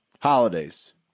Holidays